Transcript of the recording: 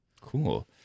cool